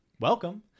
welcome